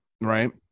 Right